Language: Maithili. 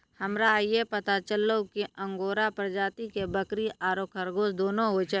हमरा आइये पता चललो कि अंगोरा प्रजाति के बकरी आरो खरगोश दोनों होय छै